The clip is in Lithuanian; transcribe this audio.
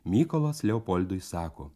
mykolas leopoldui sako